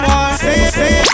one